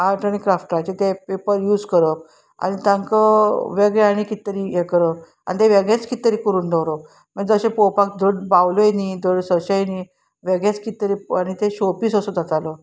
art आनी क्राफ्टाचे ते पेपर यूज करप आनी तांकां वेगळें आनी कितें तरी हें करप आनी तें वेगळेच कितें तरी करून दवरप मागीर तशें पळोवपाक धड बावलोय न्हय धड सोंशेय न्हय वेगळेच कितें तरी आनी ते शोपीस असो जातालो